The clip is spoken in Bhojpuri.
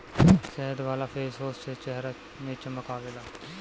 शहद वाला फेसवाश से चेहरा में चमक आवेला